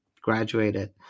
graduated